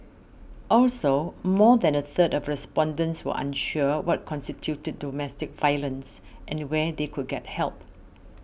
also more than a third of respondents were unsure what constituted domestic violence and where they could get help